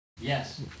Yes